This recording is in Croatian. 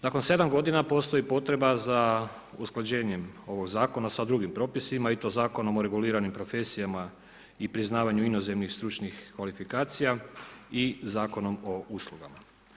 Nakon 7 godina postoji potreba za usklađenjem ovoga zakona sa drugim propisima i to Zakonom o reguliranim profesijama i priznavanju inozemnih stručnih kvalifikacija i Zakonom o uslugama.